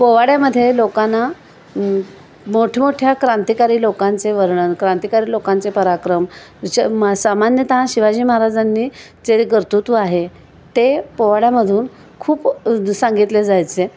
पोवाड्यामध्ये लोकांना मोठमोठ्या क्रांतिकारी लोकांचे वर्णन क्रांतिकारी लोकांचे पराक्रम ज मा सामान्यतः शिवाजी महाराजांनी जे कर्तुत्व आहे ते पोवाड्यामधून खूप सांगितले जायचे